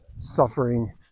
suffering